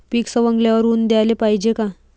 पीक सवंगल्यावर ऊन द्याले पायजे का?